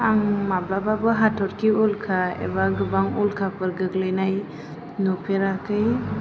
आं माब्लाबाबो हाथ'रखि उल्खा एबा गोबां उल्खाफोर गोग्लैनाय नुफेराखै